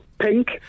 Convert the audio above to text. Pink